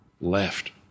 left